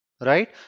right